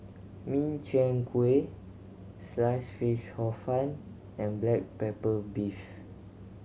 Min Chiang Kueh Sliced Fish Hor Fun and black pepper beef